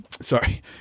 sorry